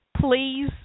please